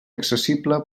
accessible